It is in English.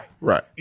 Right